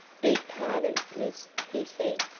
beg pardon, miss, he said,